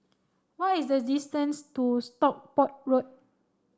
what is the distance to Stockport Road